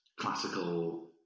classical